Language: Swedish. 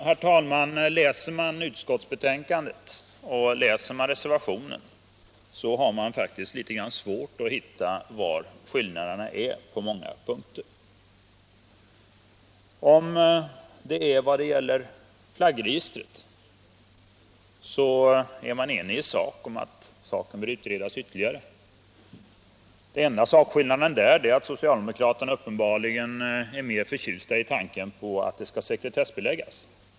När man läser utskottsbetänkandet och reservationen har man också svårt att på många punkter finna vari skillnaderna ligger. Vad gäller flaggregistret råder enighet om att frågan bör utredas ytterligare. Den enda skillnaden i sak är att socialdemokraterna uppenbarligen är mer förtjusta i tanken att flaggregistret skall sekretessbeläggas.